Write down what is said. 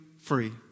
free